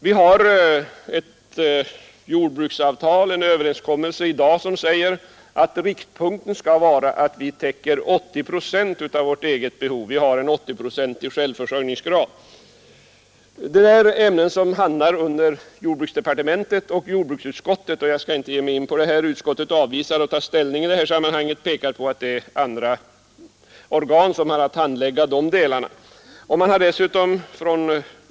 Vi har ett jordbruksavtal, en överenskommelse, som säger att riktpunkten skall vara att vi täcker 80 procent av vårt eget livsmedelsbehov, dvs. vi har en 80-procentig självfö ningsgrad. Detta ämne sorterar under jordbruksdepartementet och jordbruksutskottet, och jag skall inte ge mig in på det. Näringsutskot tet avvisar att ta ställning i sammanhanget och framhåller att det är andra organ som har att handlägga dessa frågor.